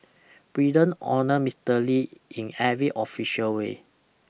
Britain honoured Mister Lee in every official way